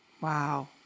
Wow